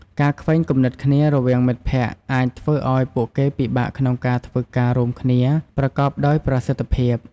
ការខ្វែងគំនិតគ្នារវាងមិត្តភក្តិអាចធ្វើឱ្យពួកគេពិបាកក្នុងការធ្វើការរួមគ្នាប្រកបដោយប្រសិទ្ធភាព។